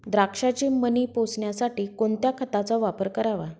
द्राक्षाचे मणी पोसण्यासाठी कोणत्या खताचा वापर करावा?